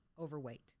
overweight